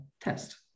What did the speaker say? test